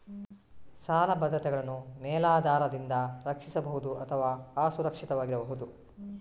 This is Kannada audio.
ಸಾಲ ಭದ್ರತೆಗಳನ್ನು ಮೇಲಾಧಾರದಿಂದ ರಕ್ಷಿಸಬಹುದು ಅಥವಾ ಅಸುರಕ್ಷಿತವಾಗಿರಬಹುದು